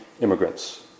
immigrants